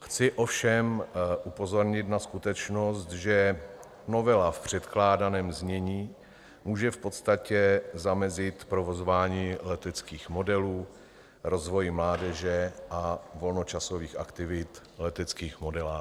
Chci ovšem upozornit na skutečnost, že novela v předkládaném znění může v podstatě zamezit provozování leteckých modelů, rozvoji mládeže a volnočasových aktivit leteckých modelářů.